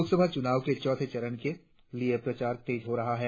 लोकसभा चुनाव के चौथे चरण के लिए प्रचार तेज हो रहा है